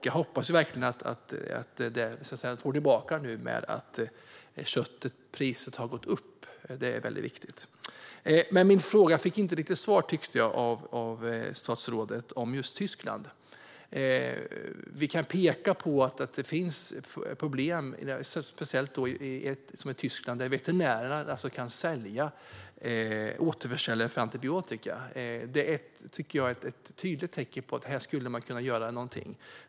Jag hoppas verkligen att de får tillbaka dem i och med att köttpriset har gått upp. Det är väldigt viktigt. Men jag fick inte riktigt svar av statsrådet på min fråga om just Tyskland. I Tyskland finns det problem med att veterinärerna kan återförsälja antibiotika. Det är ett tydligt tecken på att man här skulle kunna göra någonting.